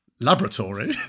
laboratory